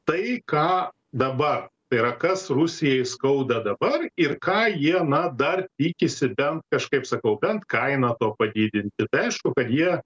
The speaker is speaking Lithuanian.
tai ką dabar tai yra kas rusijai skauda dabar ir ką jie na dar tikisi bent kažkaip sakau bent kaina to padidinti tai aišku kad jie